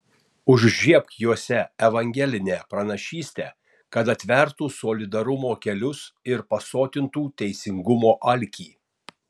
užžiebk juose evangelinę pranašystę kad atvertų solidarumo kelius ir pasotintų teisingumo alkį